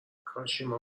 کاشیما